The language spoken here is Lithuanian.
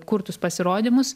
kurtus pasirodymus